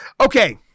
Okay